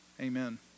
amen